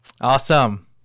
Awesome